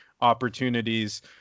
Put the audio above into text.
opportunities